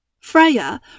Freya